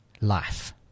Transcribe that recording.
life